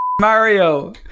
Mario